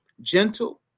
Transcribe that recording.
gentle